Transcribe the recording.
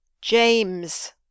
James